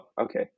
okay